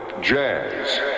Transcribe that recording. jazz